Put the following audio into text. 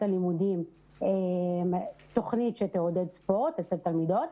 הלימודים תוכנית שתעודד ספורט אצל תלמידות,